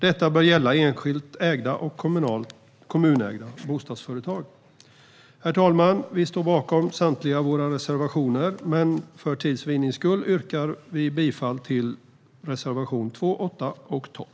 Detta bör gälla enskilt ägda och kommunägda bostadsföretag. Herr talman! Jag står bakom samtliga våra reservationer, men för tids vinnande yrkar jag bifall endast till reservationerna 2, 8 och 12.